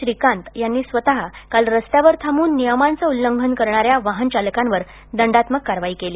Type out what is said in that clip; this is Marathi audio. श्रीकांत यांनी स्वतः काल रस्त्यावर थांबून नियमांचं उल्लंघन करणाऱ्या वाहन चालकांवर दंडात्मक कारवाई केली